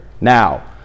Now